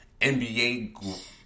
NBA